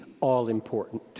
all-important